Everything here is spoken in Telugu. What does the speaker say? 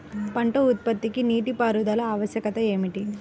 పంట ఉత్పత్తికి నీటిపారుదల ఆవశ్యకత ఏమి?